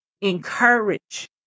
encourage